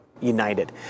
united